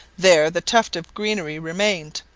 there the tuft of greenery remained.